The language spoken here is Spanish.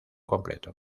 completo